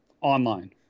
Online